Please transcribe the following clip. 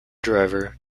driver